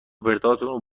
پرتاتون